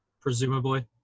presumably